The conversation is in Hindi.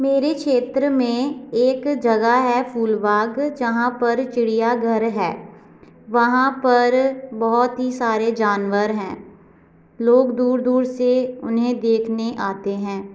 मेरी क्षेत्र में एक जगह है फूलबाग जहाँ पर चिड़िया घर है वहाँ पर बहुत ही सारे जानवर हैं लोग दूर दूर से उन्हें देखने आते हैं